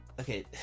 Okay